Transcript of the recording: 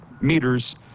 meters